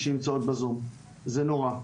שנמצאות בזום, זה לא מדאיג זה נורא.